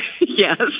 Yes